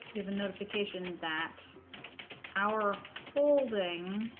we have a notification that our holding